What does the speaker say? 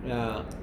yeah